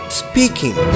speaking